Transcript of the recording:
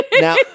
Now